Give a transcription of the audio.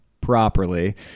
properly